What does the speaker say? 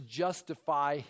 justify